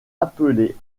appelé